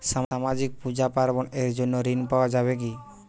সামাজিক পূজা পার্বণ এর জন্য ঋণ পাওয়া যাবে কি?